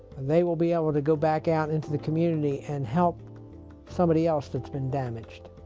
they will be able to go back out into the community and help somebody else that's been damaged.